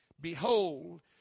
Behold